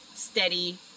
steady